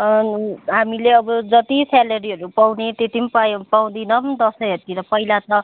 हामीले अब जति सेलेरीहरू पाउने त्यति पनि पायो पाउँदैनौँ दसैँहरूतिर पहिला त